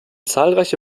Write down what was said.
zahlreiche